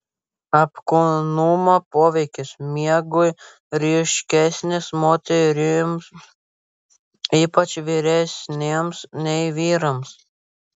apkūnumo poveikis miegui ryškesnis moterims ypač vyresnėms nei vyrams